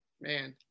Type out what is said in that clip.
Man